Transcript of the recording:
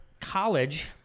college